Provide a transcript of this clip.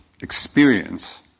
experience